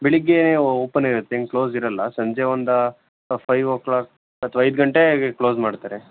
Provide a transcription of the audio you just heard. ಬೆಳಿಗ್ಗೆ ಓ ಓಪನ್ ಇರತ್ತೆ ಏನು ಕ್ಲೋಸ್ ಇರಲ್ಲ ಸಂಜೆ ಒಂದು ಫೈ ಒಕ್ಲಾಕ್ ಅಥವಾ ಐದು ಗಂಟೆ ಹಾಗೆ ಕ್ಲೋಸ್ ಮಾಡ್ತಾರೆ